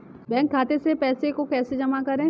Bank खाते से पैसे को कैसे जमा करें?